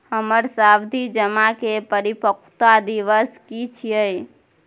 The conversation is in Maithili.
हमर सावधि जमा के परिपक्वता दिवस की छियै?